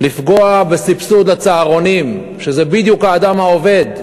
לפגוע בסבסוד לצהרונים, שזה בדיוק האדם העובד.